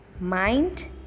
mind